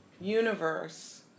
universe